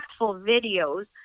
videos